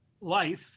life